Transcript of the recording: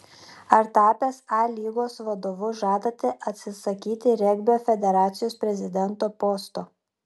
ar tapęs a lygos vadovu žadate atsisakyti regbio federacijos prezidento posto